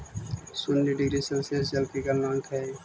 शून्य degree Celsius जल के गलनांक हई